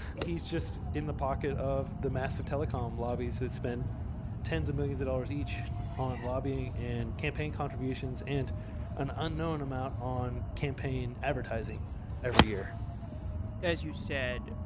he's just in the pocket of the massive telecom lobbies that spend tens of millions of dollars each on lobbying and campaign contributions and and unknown amount on campaign advertising every year as you said,